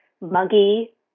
muggy